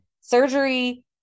Surgery